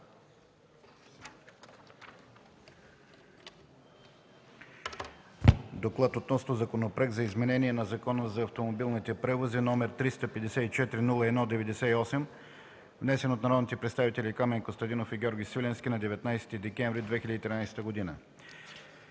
„ДОКЛАД относно Законопроект за изменение на Закона за автомобилните превози, № 354-01-98, внесен от народните представители Камен Костадинов и Георги Свиленски на 19 декември 2013 г.